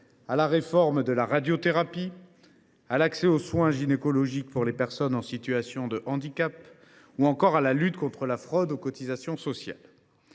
à la réforme de la radiothérapie, à l’accès aux soins gynécologiques pour les personnes en situation de handicap ou encore à la lutte contre la fraude aux cotisations sociales.